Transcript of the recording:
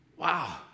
Wow